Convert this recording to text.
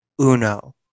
Uno